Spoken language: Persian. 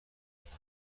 میکنم